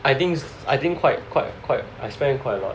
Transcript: I think I think quite quite quite I spend quite a lot